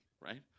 Right